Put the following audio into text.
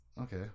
okay